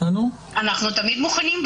אנחנו תמיד מוכנים.